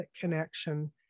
connection